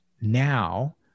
now